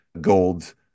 gold